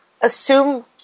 assume